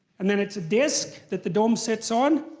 and then it's a disc that the dome sits on,